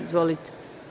Izvolite.